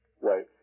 Right